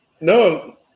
No